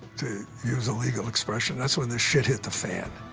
to use a legal expression, that's when the shit hit the fan